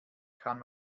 kann